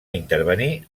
intervenir